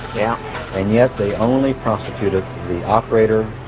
yeah and yet, they only prosecuted the operator,